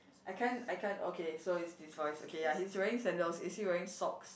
I can't I can't okay so is this voice okay ya he's wearing sandals is he wearing socks